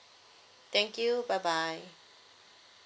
thank you bye bye